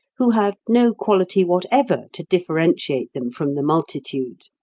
who have no quality whatever to differentiate them from the multitude.